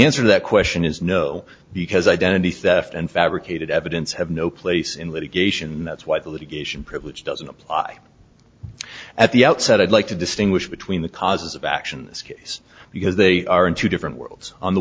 answer to that question is no because identity theft and fabricated evidence have no place in litigation that's why the litigation privilege doesn't apply at the outset i'd like to distinguish between the causes of action this case because they are in two different worlds on the